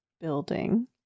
building